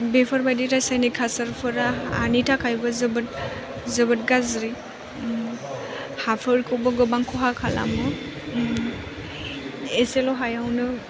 बेफोर बायदि रासायनिक हासारफोरा हानि थाखायबो जोबोर गाज्रि हाफोरखौबो गोबां खहा खालामो एसेल' हायावनो